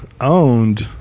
owned